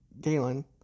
Galen